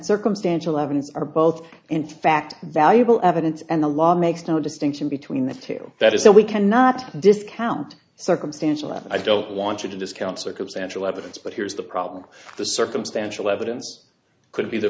circumstantial evidence are both in fact valuable evidence and the law makes no distinction between the two that is that we cannot discount circumstantial and i don't want you to discount circumstantial evidence but here's the problem the circumstantial evidence could be the